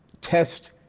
test